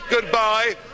goodbye